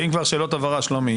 אם כבר שאלות הבהרה, שלומי